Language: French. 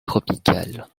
tropicale